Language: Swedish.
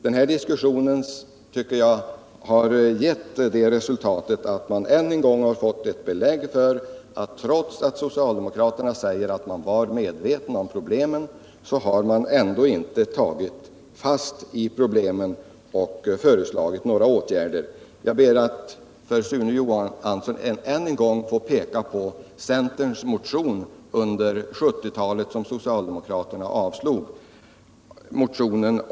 Jag tycker att denna diskussion givit till resultat att man än en gång fått belägg för att trots att socialdemokraterna säger sig ha varit medvetna om problemen har de ändå inte tagit allvarligt på dem och föreslagit några åtgärder. För Sune Johansson ber jag än en gång att få peka på centerns motioner under 1970-talet, vilka avslogs av socialdemokraterna.